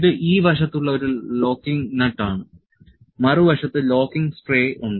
ഇത് ഈ വശത്ത് ഉള്ള ഒരു ലോക്കിംഗ് നട്ട് ആണ് മറുവശത്ത് ലോക്കിംഗ് സ്ട്രെ ഉണ്ട്